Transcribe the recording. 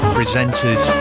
presenters